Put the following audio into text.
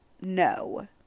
No